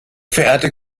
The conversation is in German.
verehrte